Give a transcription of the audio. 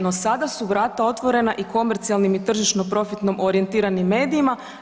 No, sada su vrata otvorena i komercijalnim i tržišno profitno orijentiranim medijima.